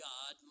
God